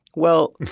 well,